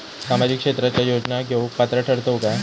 सामाजिक क्षेत्राच्या योजना घेवुक पात्र ठरतव काय?